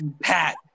Pat